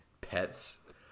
pets